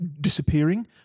disappearing